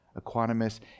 equanimous